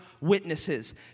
witnesses